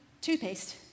toothpaste